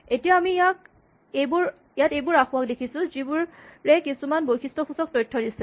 এতিয়া আমি ইয়াত এইবোৰ আসোঁৱাহ দেখিছোঁ যিবোৰে কিছুমান বৈশিষ্টসূচক তথ্য দিছে